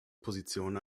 position